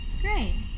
Great